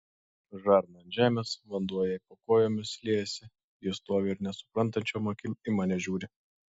žarna ant žemės vanduo jai po kojomis liejasi ji stovi ir nesuprantančiom akim į mane žiūri